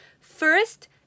first